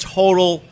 total